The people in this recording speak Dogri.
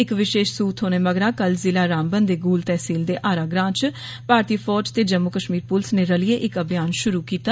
इक विशेष सूह थोहने मगरा कल जिला रामबन दे गूल तहसील दे हारा ग्रां च भारतीय फौज ते जम्मू कश्मीर प्लस नै रलियै इक अभियान श्रु किता